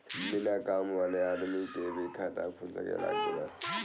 बिना काम वाले आदमी के भी खाता खुल सकेला की ना?